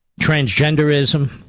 transgenderism